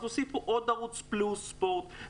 אז הוסיפו עוד ערוץ ספורט פלוס.